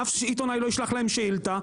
אף עיתונאי לא ישלח להם שאילתה,